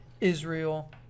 Israel